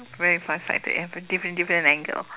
very far sighted and have a different different angle